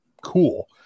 cool